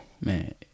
Man